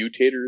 mutators